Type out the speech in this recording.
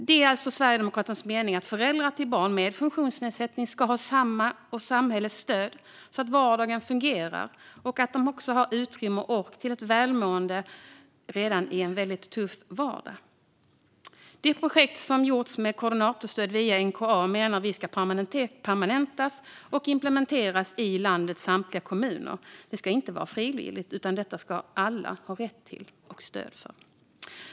Det är Sverigedemokraternas mening att föräldrar till barn med funktionsnedsättning ska ha samhällets stöd så att vardagen fungerar och så att de också har utrymme till ork och välmående i en redan tuff vardag. Det projekt som gjorts med koordinatorstöd via NKA menar vi ska permanentas och implementeras i landets samtliga kommuner. Det ska inte vara frivilligt, utan alla ska ha rätt att få stöd.